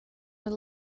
mynd